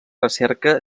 recerca